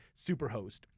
Superhost